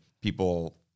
people